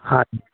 हँ जी